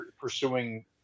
pursuing